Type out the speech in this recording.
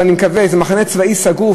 ואני מקווה, זה מחנה צבאי סגור.